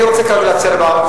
אני רוצה כרגע להציע דבר,